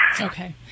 Okay